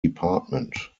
department